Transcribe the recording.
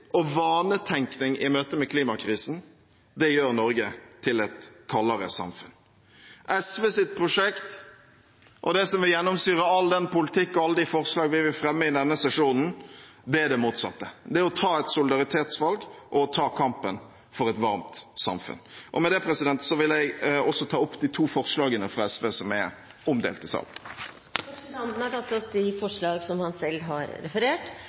og vanetenkning i møte med klimakrisen gjør Norge til et kaldere samfunn. SVs prosjekt og det som vil gjennomsyre all den politikk og alle de forslag vi vil fremme i denne sesjonen, er det motsatte, det er å ta et solidaritetsvalg og ta kampen for et varmt samfunn. Med det vil jeg også ta opp de to forslagene fra SV som er omdelt i salen. Representanten Audun Lysbakken har tatt opp de forslagene han selv har referert